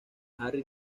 harry